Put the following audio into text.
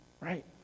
right